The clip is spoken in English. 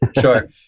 Sure